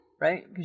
Right